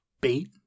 bait